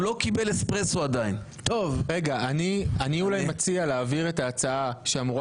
אני אולי מציע להעביר את ההצעה שאמורה